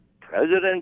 President